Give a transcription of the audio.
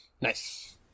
nice